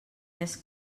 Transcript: més